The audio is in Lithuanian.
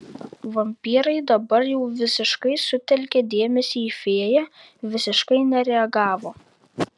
vampyrai dabar jau visiškai sutelkę dėmesį į fėją visiškai nereagavo